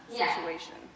situation